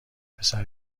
پسر